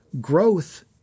Growth